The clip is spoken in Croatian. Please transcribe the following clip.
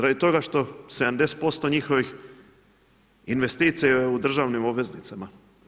Radi toga što 70% njihovih investicija je u državnim obveznicama.